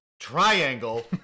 Triangle